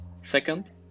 second